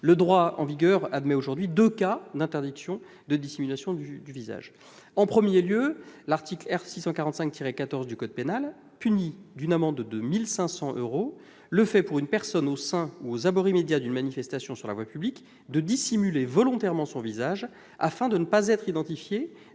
le droit en vigueur admet aujourd'hui deux cas d'interdiction de dissimulation du visage. D'une part, l'article R. 645-14 du code pénal punit d'une amende de 1 500 euros « le fait pour une personne, au sein ou aux abords immédiats d'une manifestation sur la voie publique, de dissimuler volontairement son visage afin de ne pas être identifiée